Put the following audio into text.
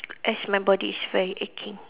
as my body is very aching